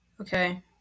Okay